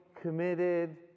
committed